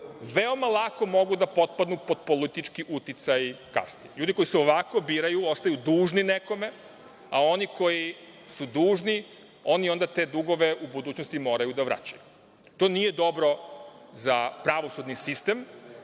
veoma lako mogu da potpadnu pod politički uticaj kasnije. Ljudi koji se ovako biraju ostaju dužni nekome, a oni koji su dužni oni onda te dugove u budućnosti moraju da vraćaju. To nije dobro za pravosudni sistem. To